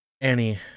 Annie